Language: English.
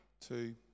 two